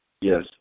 yes